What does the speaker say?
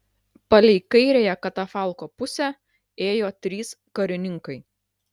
palei kairiąją katafalko pusę ėjo trys karininkai